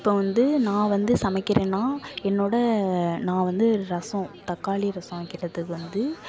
இப்போ வந்து நான் வந்து சமைக்கிறேன்னா என்னோடய நான் வந்து ரசம் தக்காளி ரசம் வைக்கிறதுக்கு வந்து